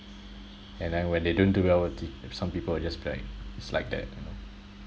and then when they don't do well some people will just be like it's like that you know